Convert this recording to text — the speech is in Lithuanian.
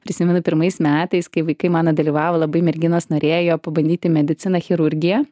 prisimenu pirmais metais kai vaikai mano dalyvavo labai merginos norėjo pabandyti mediciną chirurgiją